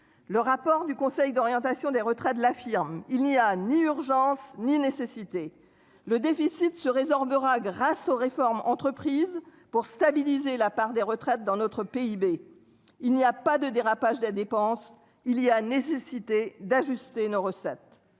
le rapport du conseil d'orientation des retraites de l'firme il n'y a ni urgence ni nécessité le déficit se résorbera grâce aux réformes entreprises pour stabiliser la part des retraites dans notre PIB. Il n'y a pas de dérapage des dépenses, il y a nécessité d'ajuster nos recettes.